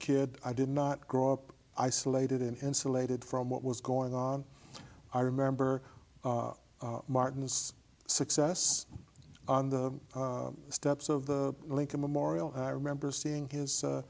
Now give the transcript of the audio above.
kid i did not grow up isolated in insulated from what was going on i remember martin's success on the steps of the lincoln memorial i remember seeing his